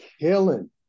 killing